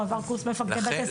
הוא עבר קורס מפקדי בתי סוהר.